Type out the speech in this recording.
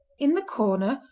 in the corner,